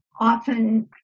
often